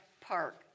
park